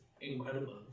incredible